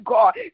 God